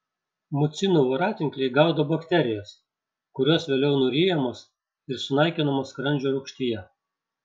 mucinų voratinkliai gaudo bakterijas kurios vėliau nuryjamos ir sunaikinamos skrandžio rūgštyje